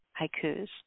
haikus